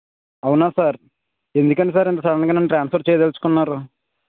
అవునా సార్ ఎందుకని సార్ ఇంత సడన్ గా నన్ను ట్రాన్స్ఫర్ చేయదలుచుకున్నారు